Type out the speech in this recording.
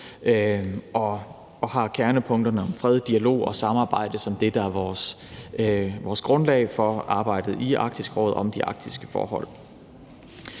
vi har kernepunkterne om fred, dialog og samarbejde som vores grundlag for arbejdet i Arktisk Råd om de arktiske forhold.